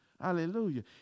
Hallelujah